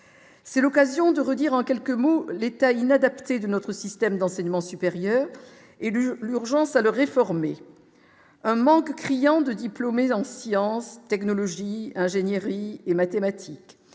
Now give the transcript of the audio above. c'est l'occasion de redire en quelques mots l'état inadaptée de notre système d'enseignement supérieur et de l'urgence à le réformer un manque criant de diplômés en sciences, technologie ingénierie et mathématiques